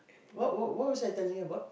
what what what was I telling you about